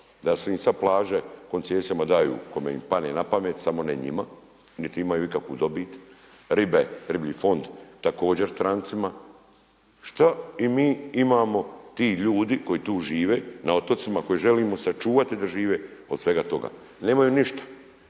da su im sada plaće koncesijama daju kome im pane na pamet samo ne njima niti imaju ikakvu dobit. Ribe, riblji fond također strancima, šta imam i ti ljudi koji tu žive na otocima koji želimo sačuvati da žive od svega toga? Nemaju ništa.